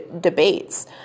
debates